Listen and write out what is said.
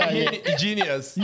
Genius